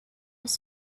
was